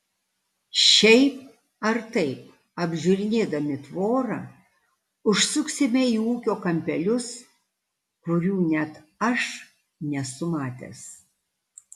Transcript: šiaip ar taip apžiūrinėdami tvorą užsuksime į ūkio kampelius kurių net aš nesu matęs